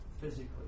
physically